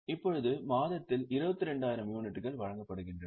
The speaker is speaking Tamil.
இப்போது மாதத்தில் 22000 யூனிட்டுகள் வழங்கப்படுகின்றன